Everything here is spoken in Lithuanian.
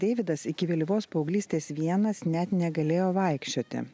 deividas iki vėlyvos paauglystės vienas net negalėjo vaikščioti